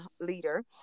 leader